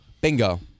Bingo